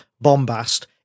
bombast